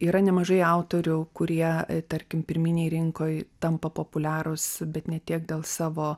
yra nemažai autorių kurie tarkim pirminėj rinkoj tampa populiarūs bet ne tiek dėl savo